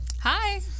Hi